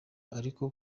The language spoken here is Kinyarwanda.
ariko